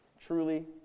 truly